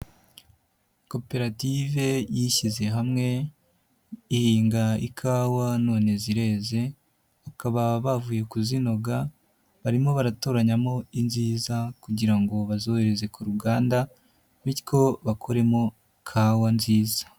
Koperative yishyize hamwe ihinga ikawa none zireze bakaba bavuye kuzinoga barimo baratoranyamo inziza kugira ngo bazohereze ku ruganda bityo bakoremo kawa nziza.